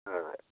ആ ഉവ്വ്